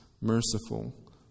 merciful